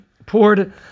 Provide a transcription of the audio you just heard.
poured